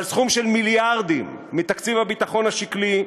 אבל סכום של מיליארדים מתקציב הביטחון השקלי,